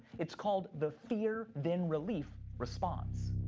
it's called the fear-then-relief response.